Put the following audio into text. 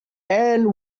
and